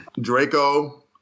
Draco